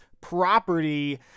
property